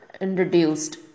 introduced